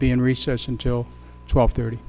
be in recess until twelve thirty